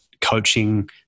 coaching